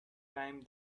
time